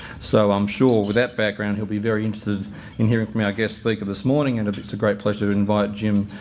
so, i'm sure with that background he'll be very interested in hearing from our guest speaker this morning and it's a great pleasure to invite jim,